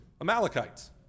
Amalekites